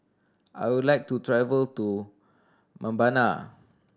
I would like to travel to Mbabana